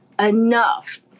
enough